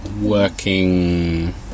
working